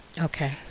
Okay